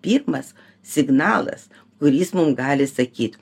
pirmas signalas kurį jis mum gali sakyt